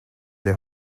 your